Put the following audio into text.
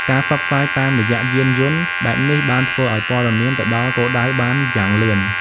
ការផ្សព្វផ្សាយតាមរយៈយានយន្តបែបនេះបានធ្វើឱ្យព័ត៌មានទៅដល់គោលដៅបានយ៉ាងលឿន។